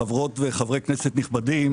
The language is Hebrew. חברות וחברי כנסת נכבדים,